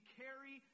carry